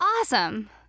awesome